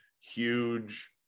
huge